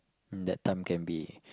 that time can be